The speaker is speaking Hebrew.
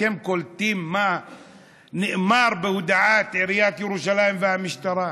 אתם קולטים מה נאמר בהודעת עיריית ירושלים והמשטרה?